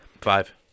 five